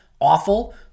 Awful